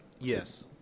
yes